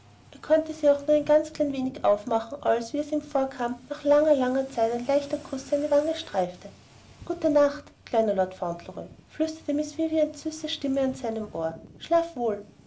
er konnte sie auch nur ein ganz klein wenig aufmachen als wie es ihm vorkam nach langer langer zeit ein leichter kuß seine wange streifte gute nacht kleiner lord fauntleroy flüsterte miß vivians süße stimme an seinem ohr schlaf wohl